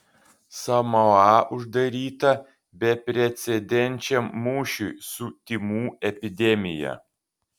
samoa uždaryta beprecedenčiam mūšiui su tymų epidemija